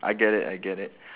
I get it I get it